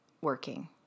working